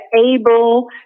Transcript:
able